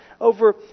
over